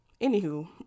anywho